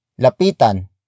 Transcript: Lapitan